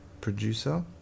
producer